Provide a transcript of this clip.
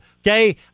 okay